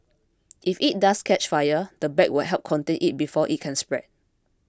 if it does catch fire the bag will help contain it before it can spread